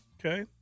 Okay